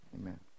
Amen